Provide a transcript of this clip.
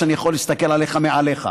שאני יכול להסתכל עליך מעליך,